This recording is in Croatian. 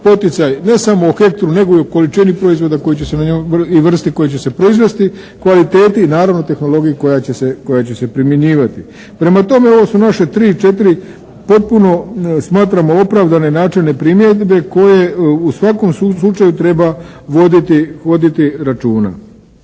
poticaj ne samo o hektru nego i o količini proizvoda koji će se, i vrsti koji će se proizvesti. Kvaliteti i naravno tehnologiji koja će se primjenjivati. Prema tome, ovo su naše 3, 4 potpuno smatram opravdane i načelne primjedbe koje u svakom slučaju treba voditi računa.